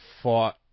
fought